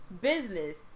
Business